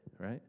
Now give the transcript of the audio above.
right